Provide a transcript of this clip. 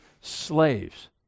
slaves